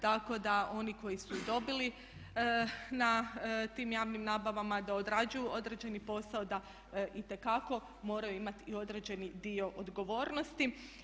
Tako da oni koji su dobili na tim javnim nabavama da odrađuju određeni posao da itekako moraju imati i određeni dio odgovornosti.